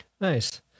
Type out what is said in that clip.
Nice